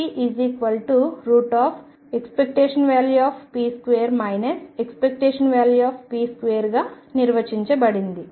మరియు p ⟨p2⟩ ⟨p⟩2 గా నిర్వచించబడినది